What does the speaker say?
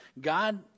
God